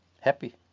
happy